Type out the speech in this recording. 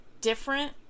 different